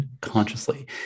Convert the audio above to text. consciously